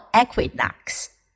equinox